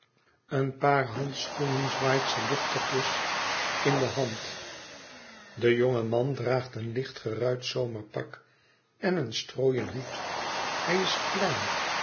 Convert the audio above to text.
een paar handschoenen zwaait ze luchtigjes in de hand de jonge man draagt een licht geruit zomerpak en een strooien hoed hij is klein